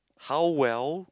how well